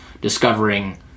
discovering